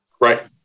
right